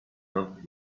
not